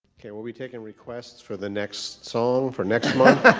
okay we'll be taking requests for the next song for next month